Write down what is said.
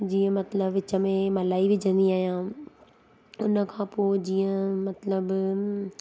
जीअं मतिलब विच में मलाई विझंदी आहियां उन खां पोइ जीअं मतिलबु